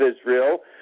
Israel